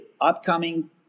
upcoming